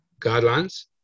guidelines